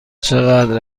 چقدر